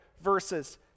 verses